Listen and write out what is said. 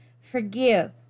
forgive